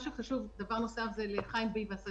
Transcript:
חיים ביבס,